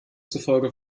zufolge